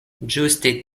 ĝuste